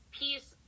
peace